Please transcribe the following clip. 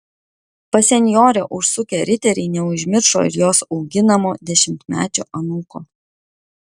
pas senjorę užsukę riteriai neužmiršo ir jos auginamo dešimtmečio anūko